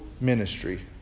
ministry